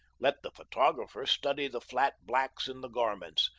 let the photographer study the flat blacks in the garments.